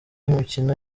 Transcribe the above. imikino